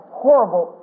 horrible